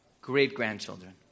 great-grandchildren